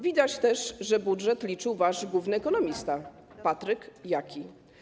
Widać też, że budżet liczył wasz główny ekonomista Patryk Jaki.